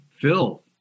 Phil